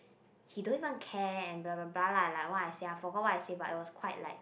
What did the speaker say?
he don't even care and blah blah blah lah like what I said I forgot what I said but it was quite like